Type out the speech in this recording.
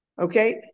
okay